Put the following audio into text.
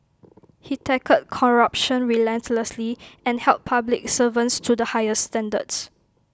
he tackled corruption relentlessly and held public servants to the higher standards